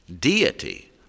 deity